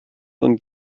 und